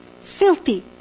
filthy